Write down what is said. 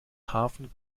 hafen